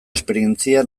esperientzia